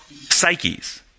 psyches